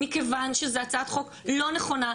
מכיוון שזו הצעת חוק לא נכונה,